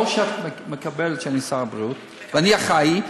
או שאת מקבלת שאני שר הבריאות ואני אחראי,